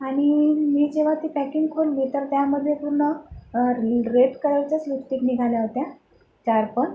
आणि मी जेव्हा ते पॅकिंग खोलली तर त्यामध्ये पूर्ण रेड कलरच्याच लिपस्टिक निघाल्या होत्या चार पण